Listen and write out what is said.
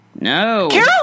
No